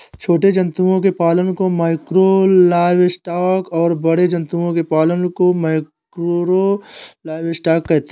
छोटे जंतुओं के पालन को माइक्रो लाइवस्टॉक और बड़े जंतुओं के पालन को मैकरो लाइवस्टॉक कहते है